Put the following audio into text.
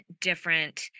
different